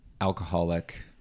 alcoholic